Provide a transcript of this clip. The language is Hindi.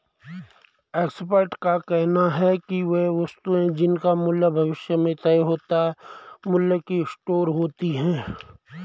एक्सपर्ट का कहना है कि वे वस्तुएं जिनका मूल्य भविष्य में तय होता है मूल्य की स्टोर होती हैं